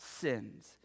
sins